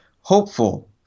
hopeful